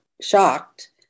shocked